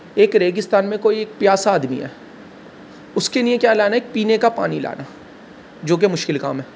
ایک ریگستان میں کوئی پیاسا آدمی ہے اس کے نیے کیا لانا ہے ایک پینے کا پانی لانا ہے جو کہ مشکل کام ہے